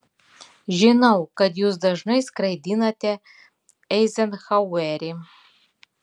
žinau kad jūs dažnai skraidinate eizenhauerį